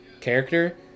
character